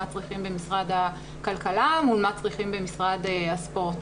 מה הצרכים במשרד הכלכלה מול מה הצרכים במשרד הספורט.